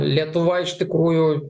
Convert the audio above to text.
lietuva iš tikrųjų